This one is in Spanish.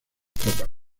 tropas